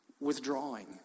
withdrawing